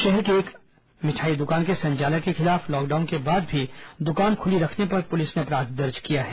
शहर के एक मिठाई दुकान के संचालक के खिलाफ लॉकडाउन के बाद भी दुकान खुली रखने पर पुलिस ने अपराध दर्ज किया है